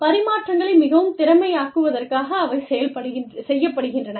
பரிமாற்றங்களை மிகவும் திறமையாக்குவதற்காக அவை செய்யப்படுகின்றன